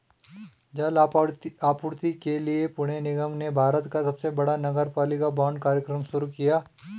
जल आपूर्ति के लिए पुणे निगम ने भारत का सबसे बड़ा नगरपालिका बांड कार्यक्रम शुरू किया